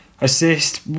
assist